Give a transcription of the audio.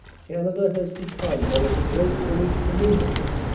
canada has become one of the great british dominions,